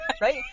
Right